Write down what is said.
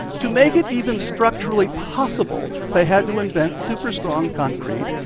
to make it even structurally possible, they had to invent super-strong concrete,